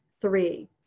three